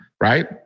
right